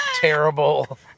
Terrible